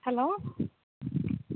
hello